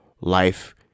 life